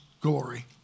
glory